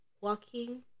walking